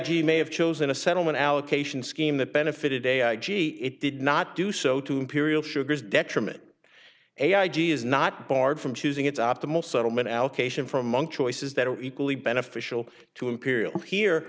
g may have chosen a settlement allocation scheme that benefited a ga it did not do so to imperial sugar's detriment a idea is not barred from choosing its optimal settlement allocation from monk choices that are equally beneficial to imperial here